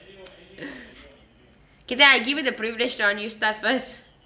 kay then I give you the privilege john you start first